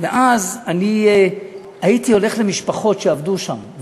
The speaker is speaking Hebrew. ואז אני הייתי הולך למשפחות שעבדו שם,